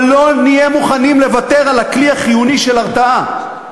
אבל לא נהיה מוכנים לוותר על הכלי החיוני של הרתעה.